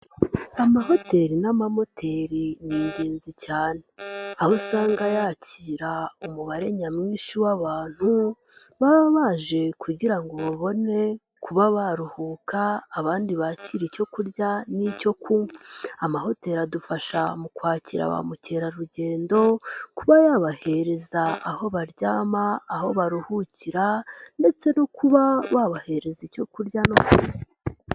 Amahoteli n'amamoteri ni ingenzi cyane, aho usanga yakira umubare nyamwinshi w'abantu baba baje kugira ngo babone kuba baruhuka abandi bakire icyo kurya n'icyo kunywa, amahoteli adufasha mu kwakira ba mukerarugendo, kuba yabahereza aho baryama, aho baruhukira ndetse no kuba babahereza icyo kurya no kunywa.